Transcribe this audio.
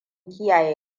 kiyaye